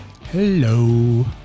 Hello